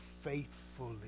faithfully